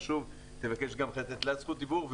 ואני אבקש גם לתת לה זכות דיבור.